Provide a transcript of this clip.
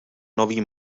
nový